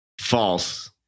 false